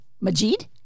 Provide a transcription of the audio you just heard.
Majid